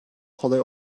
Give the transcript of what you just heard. kolay